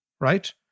right